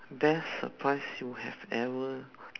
best surprise you have ever